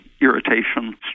irritation